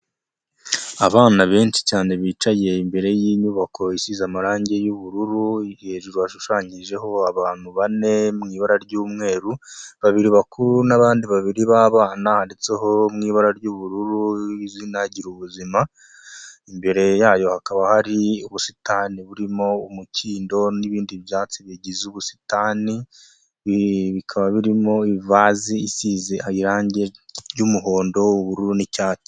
Abana benshi cyane bicaye imbere y'inyubako isizeze amarangi y'ubururu, hejuru hashushanyijeho abantu bane mu ibara ry'umweru, babiri bakuru n'abandi babiri b'abana, handitseho mu ibara ry'ubururu izina Girubuzima, imbere yayo hakaba hari ubusitani burimo umukindo n'ibindi byatsi bigize ubusitani, bikaba birimo ivasi isize irangi ry'umuhondo, ubururu n'icyatsi.